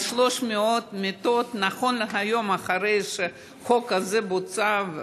אבל 300 מיטות נכון להיום, אחרי שהחוק הזה בוצע,